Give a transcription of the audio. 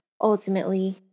ultimately